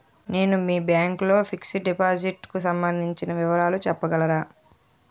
నేను మీ బ్యాంక్ లో ఫిక్సడ్ డెపోసిట్ కు సంబందించిన వివరాలు చెప్పగలరా?